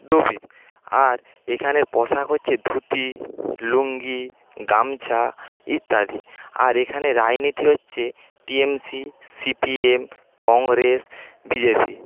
আর এখানের পোশাক হচ্ছে ধুতি লুঙ্গি গামছা ইত্যাদি আর এখানের রাজনীতি হচ্ছে টিএমসি সিপিএম কংগ্রেস বিজেপি